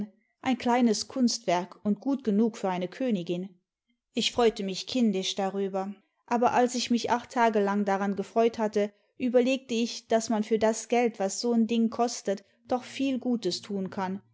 ein kleines kunstwerk und gut genug für eine königin ich freute mich kindisch darüber aber als ich mick acht tage lang daran gefreut hatte überlegte ich daß man für das geld was so n ding kostet doch viel gutes tun kann